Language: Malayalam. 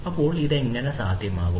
അപ്പോൾ അത് എങ്ങനെ സാധ്യമാകും